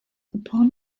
upon